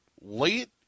late